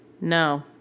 No